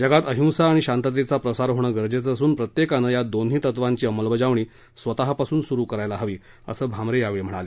जगात अहिंसा आणि शांततेचा प्रसार होणं गरजेचं असून प्रत्येकानं या दोन्ही तत्वांची अंमलबजावणी स्वतःपासून सुरु करायला हवी असं भामरे यावेळी म्हणाले